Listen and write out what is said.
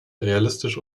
realistisch